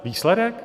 Výsledek?